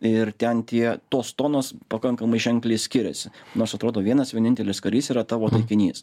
ir ten tie tos tonos pakankamai ženkliai skiriasi nors atrodo vienas vienintelis karys yra tavo taikinys